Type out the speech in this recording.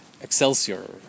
Excelsior